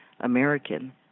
American